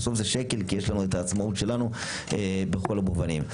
זה השקל כי יש לנו העצמאות שלנו בכל המובנים.